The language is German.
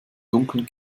dunkeln